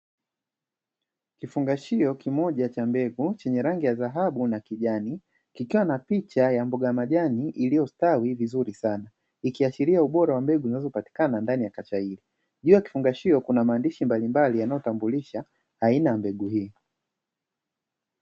Kifungashio kimoja cha mbegu chenye rangi ya dhahabu na kijani, kikiwa na picha ya mboga za majani iliyostawi vizuri sana ikiashiria ubora wa mbegu zinazopatikana ndani ya kasha hilo, juu ya kifungashio kuna maandishi mbalimbali yanayotambulisha aina ya mbegu hiyo.